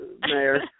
Mayor